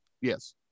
Yes